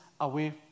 away